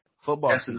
football